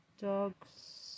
dogs